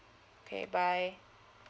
okay bye